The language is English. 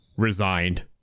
Resigned